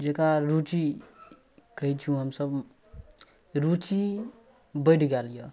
जिनका रुचि कहै छी हमसभ रुचि बढ़ि गेल अइ